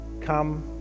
Come